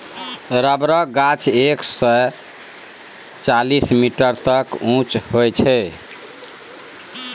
रबरक गाछ एक सय चालीस मीटर तक उँच होइ छै